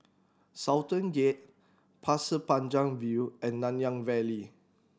Sultan Gate Pasir Panjang View and Nanyang Valley